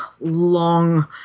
long –